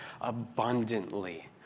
abundantly